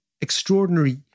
extraordinary